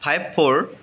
five four